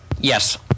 yes